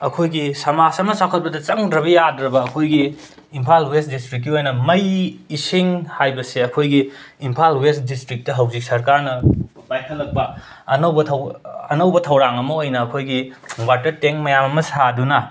ꯑꯩꯈꯣꯏꯒꯤ ꯁꯃꯥꯖ ꯑꯃ ꯆꯥꯎꯈꯠꯄꯗ ꯆꯪꯗ꯭ꯔꯕ ꯌꯥꯗ꯭ꯔꯕ ꯑꯩꯈꯣꯏꯒꯤ ꯏꯝꯐꯥꯜ ꯋꯦꯁ ꯗꯤꯁꯇ꯭ꯔꯤꯛꯀꯤ ꯑꯣꯏꯅ ꯃꯩ ꯏꯁꯤꯡ ꯍꯥꯏꯕꯁꯦ ꯑꯩꯈꯣꯏꯒꯤ ꯏꯝꯐꯥꯜ ꯋꯦꯁ ꯗꯤꯁꯇ꯭ꯔꯤꯛꯇ ꯍꯧꯖꯤꯛ ꯁꯔꯀꯥꯔꯅ ꯄꯥꯏꯈꯠꯂꯛꯄ ꯑꯅꯧꯕ ꯊꯧ ꯑꯅꯧꯕ ꯊꯧꯔꯥꯡ ꯑꯃ ꯑꯣꯏꯅ ꯑꯩꯈꯣꯏꯒꯤ ꯋꯥꯇꯔ ꯇꯦꯡꯛ ꯃꯌꯥꯝ ꯑꯃ ꯁꯥꯗꯨꯅ